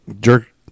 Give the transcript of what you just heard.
jerk